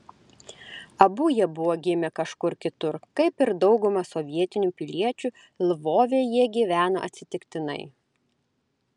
abu jie buvo gimę kažkur kitur kaip ir dauguma sovietinių piliečių lvove jie gyveno atsitiktinai